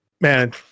man